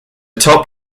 top